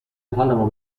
حالمو